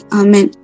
amen